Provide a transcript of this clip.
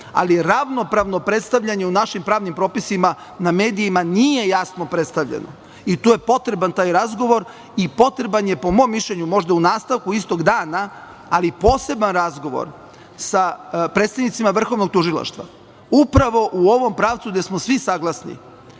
ali ravnopravno predstavljanje u našim pravnim propisima na medijima nije jasno predstavljeno i tu je potreban taj razgovor i potreban je, po mom mišljenju, možda u nastavku, istog dana, ali poseban razgovor sa predstavnicima Vrhovnog tužilaštva upravo u ovom pravcu gde smo svi saglasni